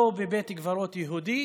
לא בבית קברות יהודי